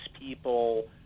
people